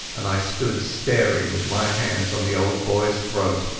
and i stood staring, with my hands on the old boyas throat,